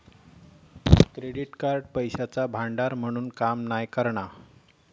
credit card पैशाचा भांडार म्हणून काम नाय करणा